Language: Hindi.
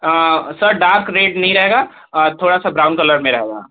सर डार्क रेड नही रहेगा थोड़ा सा ब्राउन कलर में रहेगा